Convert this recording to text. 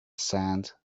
sand